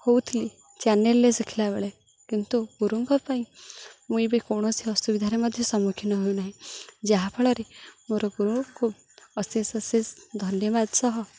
ହଉଥିଲି ଚ୍ୟାନେଲରେ ଶିଖିଲା ବେଳେ କିନ୍ତୁ ଗୁରୁଙ୍କ ପାଇଁ ମୁଁ ଏବେ କୌଣସି ଅସୁବିଧାରେ ମଧ୍ୟ ସମ୍ମୁଖୀନ ହେଉ ନାହିଁ ଯାହାଫଳରେ ମୋର ଗୁରୁକୁ ଅଶେଷ ଅଶେଷ ଧନ୍ୟବାଦ ସହ